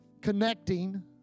connecting